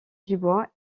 dubois